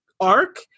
arc